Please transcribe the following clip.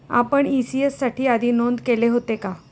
आपण इ.सी.एस साठी आधी नोंद केले होते का?